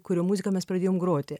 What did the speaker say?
kurio muziką mes pradėjom groti